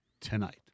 tonight